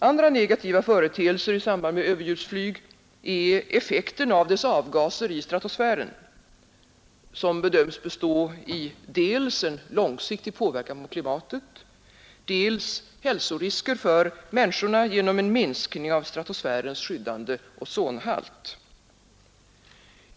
Andra negativa företeelser i samband med överljudsflyg är effekten av dess avgaser i stratosfären, som bedöms bestå i dels en långsiktig påverkan på klimatet, dels hälsorisker för människorna genom en minskning av stratosfärens skyddande ozonhalt.